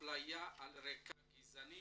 אפליה על רקע גזעני